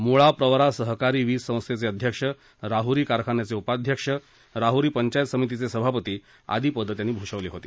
म्ळा प्रवरा सहकारी वीज संस्थेचं अध्यक्ष राहरी कारखान्याचे उपाध्यक्ष राहरी पंचायत समितीचे सभापती आदी पदं त्यांनी भूषवली होती